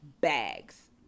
bags